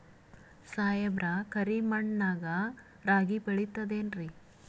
ಸಾಹೇಬ್ರ, ಕರಿ ಮಣ್ ನಾಗ ರಾಗಿ ಬೆಳಿತದೇನ್ರಿ?